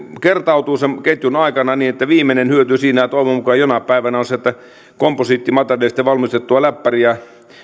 kertautuu sen ketjun aikana niin että viimeinen hyötyy siinä toivon mukaan jonain päivänä on se tilanne että komposiittimateriaalista valmistettua läppäriä